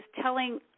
telling